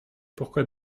pourquoi